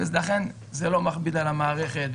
לכן זה לא מכביד על המערכת,